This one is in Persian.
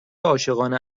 عاشقانه